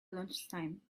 lunchtime